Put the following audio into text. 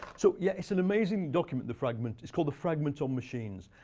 so yeah it's an amazing document, the fragment it's called the fragment on machines.